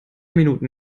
minuten